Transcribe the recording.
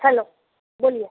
hello बोलिये